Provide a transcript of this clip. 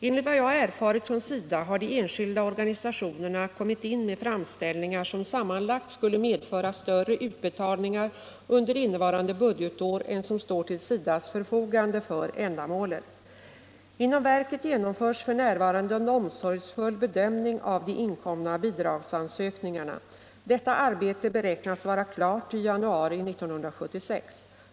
Enligt vad jag har erfarit från SIDA har de enskilda organisationerna kommit in med framställningar som sammanlagt skulle medföra större utbetalningar under innevarande budgetår än som står till SIDA:s förfogande för ändamålet. Inom verket genomförs f. n. en omsorgsfull bedömning av de inkomna bidragsansökningarna. Detta arbete beräknas vara klart i januari 1976.